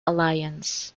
alliance